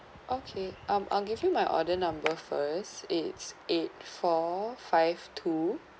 okay um I'll give you my order number first it's eight four five two